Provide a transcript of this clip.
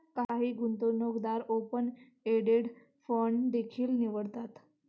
काही गुंतवणूकदार open ended fund देखील निवडतात